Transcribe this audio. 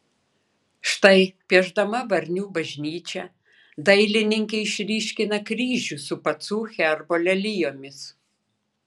štai piešdama varnių bažnyčią dailininkė išryškina kryžių su pacų herbo lelijomis